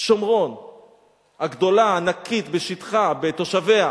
שומרון הגדולה, הענקית בשטחה,